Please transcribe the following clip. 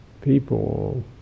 people